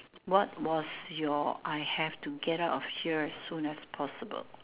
what was your I have to get out of here soon as possible